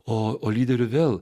o lyderiu vėl